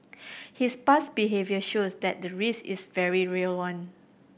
his past behaviour shows that the risk is a very real one